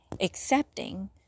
Accepting